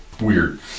Weird